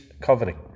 covering